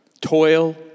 Toil